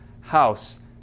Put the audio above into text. house